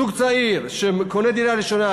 זוג צעיר שקונה דירה ראשונה,